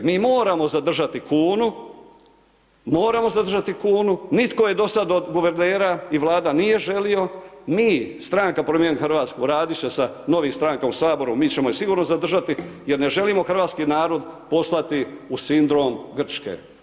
Mi moramo zadržati kunu, moramo zadržati kunu, nitko je dosad od guvernera i vlada nije želio, mi stranka Promijenimo Hrvatsku radit će sa novim strankama u Saboru, mi ćemo ju sigurno zadržati jer ne želimo hrvatski narod poslati u sindrom Grčke.